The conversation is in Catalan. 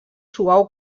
suau